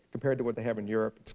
compared to what they have in europe,